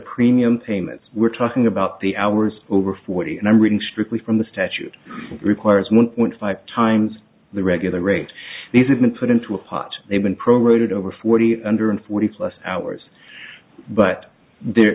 premium payments we're talking about the hours over forty and i'm reading strictly from the statute requires one point five times the regular rate these have been put into a pot they've been programmed over forty under in forty plus hours but the